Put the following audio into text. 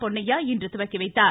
பொன்னையா இன்று துவக்கி வைத்தார்